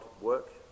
work